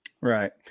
Right